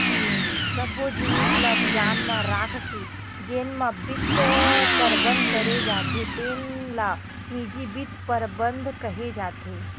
सब्बो जिनिस ल धियान म राखके जेन म बित्त परबंध करे जाथे तेन ल निजी बित्त परबंध केहे जाथे